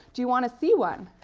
do you want to see one?